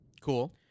Cool